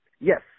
Yes